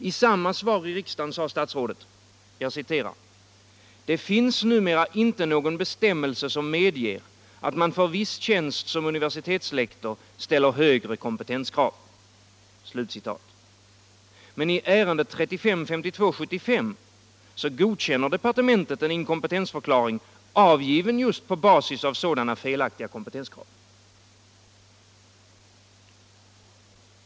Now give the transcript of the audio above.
I samma svar i riksdagen sade statsrådet: ”Det finns numera inte någon bestämmelse som medger, att man för viss tjänst som universitetslektor ställer högre kompetenskrav.” Men i ärendet 3552/75 godkänner departementet en inkompetensförklaring, avgiven på basis av sådana felaktiga kompetenskrav.